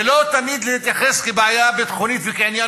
ולא תמיד להתייחס כאל בעיה ביטחונית ועניין